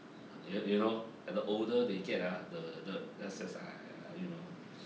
you you know the older they get ah the the lesser you know